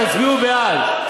תצביעו בעד,